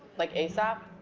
like asap?